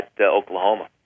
Oklahoma